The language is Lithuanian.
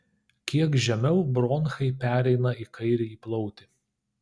kiek žemiau bronchai pereina į kairįjį plautį